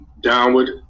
downward